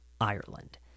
Ireland